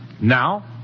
Now